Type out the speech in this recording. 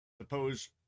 Suppose